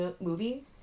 movie